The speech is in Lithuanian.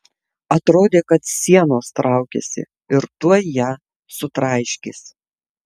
atrodė kad sienos traukiasi ir tuoj ją sutraiškys